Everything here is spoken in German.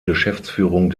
geschäftsführung